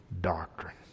doctrine